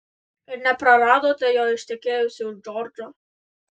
ir nepraradote jo ištekėjusi už džordžo